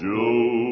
Joe